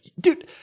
Dude